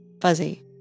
fuzzy